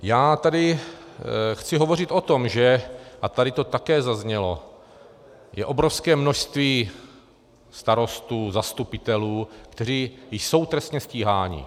Já tady chci hovořit o tom, a tady to také zaznělo je obrovské množství starostů, zastupitelů, kteří jsou trestně stíháni.